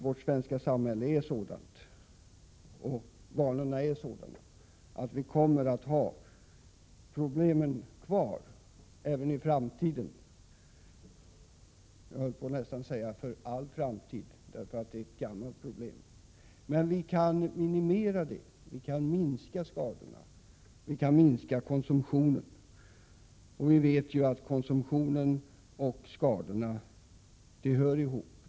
Vårt svenska samhälle och våra vanor är sådana att vi kommer att ha problemet kvar även i framtiden — jag höll på att säga för all framtid, för det är ett gammalt problem. Men vi kan minska skadorna, och vi kan minska konsumtionen. Vi vet att konsumtionen och skadorna hör ihop.